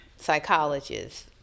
psychologists